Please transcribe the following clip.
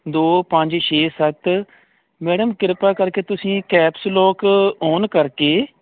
ਦੋ ਪੰਜ ਛੇ ਸੱਤ ਮੈਡਮ ਕਿਰਪਾ ਕਰਕੇ ਤੁਸੀਂ ਕੈਪਸ ਲੋਕ ਓਨ ਕਰਕੇ